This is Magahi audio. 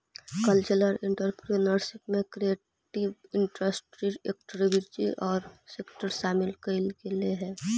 कल्चरल एंटरप्रेन्योरशिप में क्रिएटिव इंडस्ट्री एक्टिविटीज औउर सेक्टर के शामिल कईल गेलई हई